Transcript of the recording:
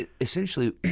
essentially